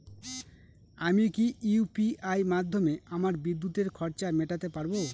আমি কি ইউ.পি.আই মাধ্যমে আমার বিদ্যুতের খরচা মেটাতে পারব?